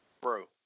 bro